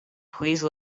please